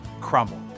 crumble